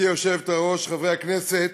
חברי הכנסת,